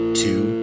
two